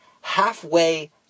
halfway